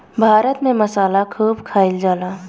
भारत में मसाला खूब खाइल जाला